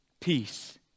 Peace